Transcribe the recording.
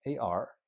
AR